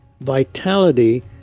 vitality